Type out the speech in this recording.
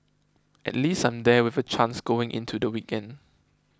at least I'm there with a chance going into the weekend